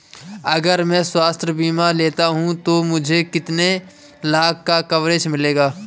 अगर मैं स्वास्थ्य बीमा लेता हूं तो मुझे कितने लाख का कवरेज मिलेगा?